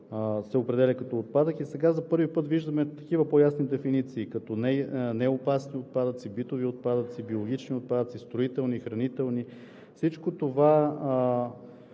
се определя като отпадък. Сега за първи път виждаме такива по-ясни дефиниции, като „неопасни отпадъци“, „битови отпадъци“, „биологични отпадъци“, „строителни“, „хранителни“. Всичко това